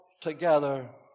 together